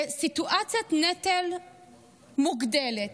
בסיטואציית נטל מוגדלת.